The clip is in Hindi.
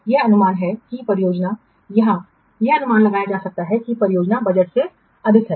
यह अनुमान है कि परियोजना या यह अनुमान लगाया जा सकता है कि परियोजना बजट से अधिक है